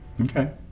Okay